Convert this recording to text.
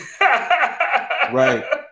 Right